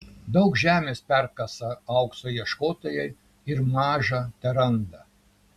daug žemės perkasa aukso ieškotojai ir maža teranda